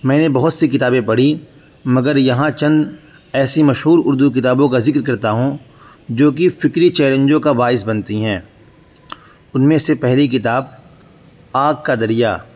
میں نے بہت سی کتابیں پڑھی مگر یہاں چند ایسی مشہور اردو کتابوں کا ذکر کرتا ہوں جو کہ فکری چیلنجوں کا باعث بنتی ہیں ان میں سے پہلی کتاب آگ کا دریا